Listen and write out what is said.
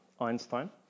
Einstein